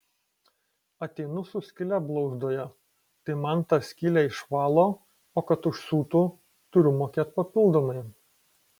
ateinu su skyle blauzdoje tai man tą skylę išvalo o kad užsiūtų turiu mokėt papildomai